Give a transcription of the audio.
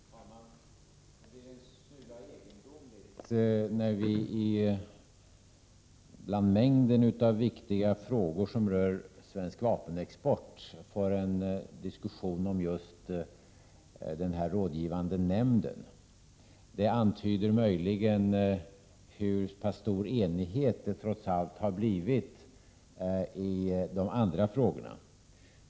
Herr talman! Det är en smula egendomligt när vi bland mängden av viktiga frågor som rör svensk vapenexport för en diskussion om just den rådgivande nämnden. Det antyder möjligen hur stor enighet vi trots allt har uppnått i de andra frågorna.